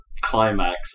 climax